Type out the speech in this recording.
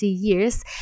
years